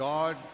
God